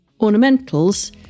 ornamentals